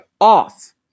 off